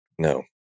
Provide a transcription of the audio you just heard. No